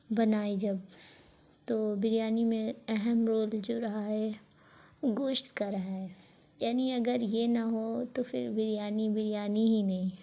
بنائی جب تو بریانی میں اہم رول جو رہا ہے گوشت کا رہا ہے یعنی اگر یہ نہ ہو تو پھر بریانی بریانی ہی نہیں